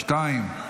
שתיים,